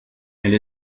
elle